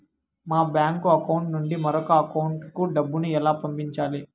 మా bank account నుండి మరొక అకౌంట్ కు డబ్బును ఎలా పంపించాలి